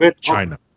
China